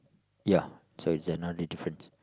ya so it's another difference